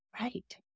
Right